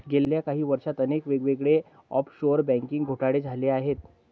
गेल्या काही वर्षांत अनेक वेगवेगळे ऑफशोअर बँकिंग घोटाळे झाले आहेत